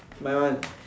my one